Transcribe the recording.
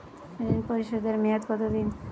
ঋণ পরিশোধের মেয়াদ কত দিন?